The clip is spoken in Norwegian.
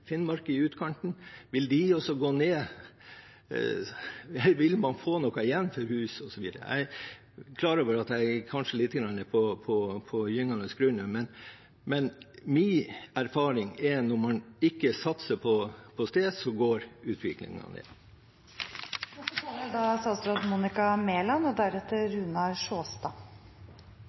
Finnmark? Vil de også gå ned? Vil man få noe igjen for husene osv.? Jeg er klar over at jeg kanskje er på gyngende grunn, men min erfaring er at når man ikke satser på et sted, går utviklingen ned. Det er